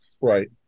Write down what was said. Right